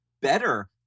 better